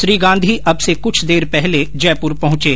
श्री गांधी अब से कुछ देर पहले जयपुर पहुंचे